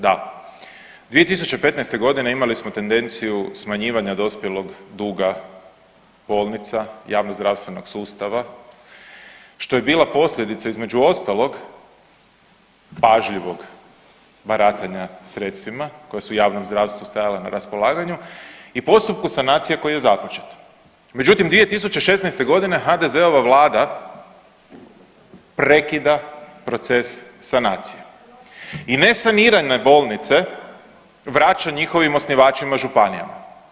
Da, 2015. godine imali smo tendenciju smanjivanja dospjelog duga bolnica javnozdravstvenog sustava što je bila posljedica između ostalog pažljivog baratanja sredstvima koja su javnom zdravstvu stajala na raspolaganju i postupku sanacija koji je započet, međutim 2016.g. HDZ-ova vlada prekida proces sanacije i nesanirane bolnice vraća njihovim osnivačima županijama.